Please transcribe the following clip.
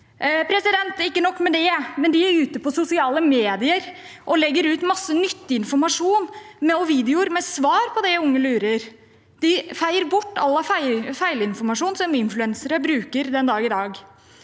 De er også ute på sosiale medier og legger ut masse nyttig informasjon og videoer med svar på det de unge lurer på. De feier bort all feilinformasjonen som influensere bruker den dag i dag.